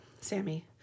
Sammy